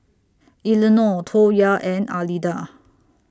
Elenor Toya and Alida